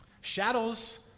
Shadows